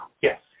Yes